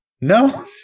no